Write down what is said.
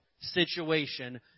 situation